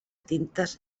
tintes